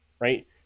right